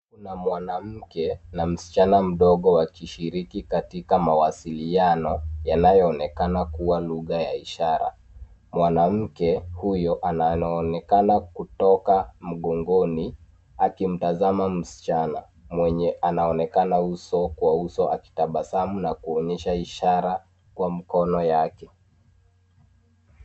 Kuna mwanamke na msichana mdogo wakishiriki katika mawasiliano yanayoonekana kuwa ya lugha ya ishara. Mwanamke huyo anaonekana kutoka mgongoni akimtazama msichana, ambaye anaonekana uso kwa uso, akitabasamu huku akionyesha ishara kwa mkono wake.